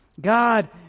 God